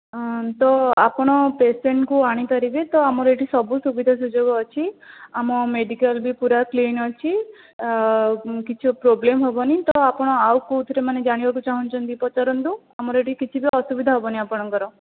ତ ଆପଣ ପେସେଣ୍ଟ କୁ ଆଣିପାରିବେ ତ ଆମର ଏଇଠି ସବୁ ସୁବିଧା ସୁଯୋଗ ଅଛି ଆମ ମେଡ଼ିକାଲ ବି ପୁରା କ୍ଲିନ ଅଛି କିଛି ପ୍ରୋବ୍ଲେମ ହେବନି ତା ଆପଣ ଆଉ କେଉଁଥିରେ ମାନେ ଜାଣି ଚାହୁଁଛନ୍ତି ପଚାରନ୍ତୁ ଆମର ଏଇଠି କିଛି ବି ଅସୁବିଧା ହେବନି ଆପଣଙ୍କର